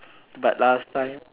but last time